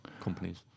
companies